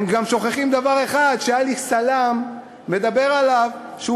הם גם שוכחים דבר אחד שעלי סלאם מדבר עליו בשבועיים האחרונים,